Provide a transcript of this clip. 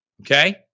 okay